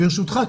ברשותך,